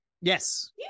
Yes